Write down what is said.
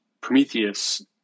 Prometheus